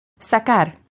Sacar